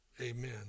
Amen